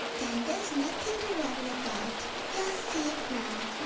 then there's nothing to worry about. you're safe now.